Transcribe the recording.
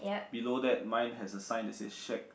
below that mine has a sign that say shack